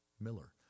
Miller